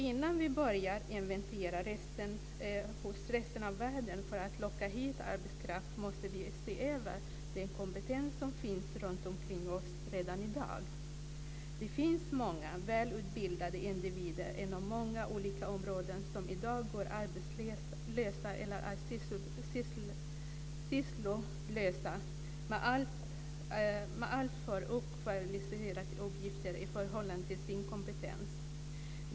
Innan vi börjar inventera hos resten av världen för att locka hit arbetskraft måste vi se över den kompetens som finns runtomkring oss redan i dag. Det finns många välutbildade individer inom många olika områden som i dag går arbetslösa eller är sysslolösa med alltför okvalificerade uppgifter i förhållande till sin kompetens.